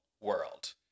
world